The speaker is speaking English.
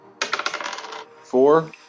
Four